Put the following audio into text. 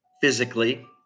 physically